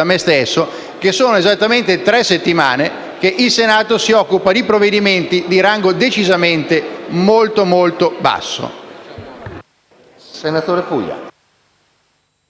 a me stesso che sono esattamente tre settimane che il Senato si occupa di provvedimenti di rango decisamente molto, molto basso.